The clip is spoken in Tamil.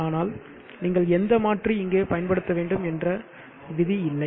ஆனால் நீங்கள் எந்த மாற்றி இங்கே பயன்படுத்த வேண்டும் என்ற விதி இல்லை